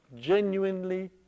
genuinely